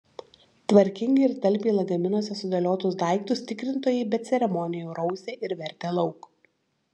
tvarkingai ir talpiai lagaminuose sudėliotus daiktus tikrintojai be ceremonijų rausė ir vertė lauk